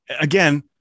again